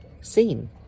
seen